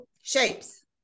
shapes